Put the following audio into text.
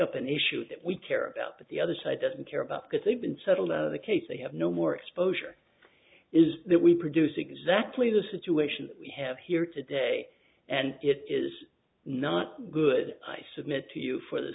up an issue that we care about that the other side doesn't care about because they've been settled out of the case they have no more exposure is that we produce exactly the situation we have here today and it is not good i submit to you for the